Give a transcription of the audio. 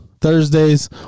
Thursdays